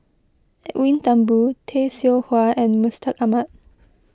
Edwin Thumboo Tay Seow Huah and Mustaq Ahmad